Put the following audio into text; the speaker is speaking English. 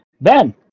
Ben